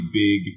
big